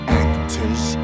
actors